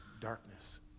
darkness